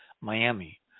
Miami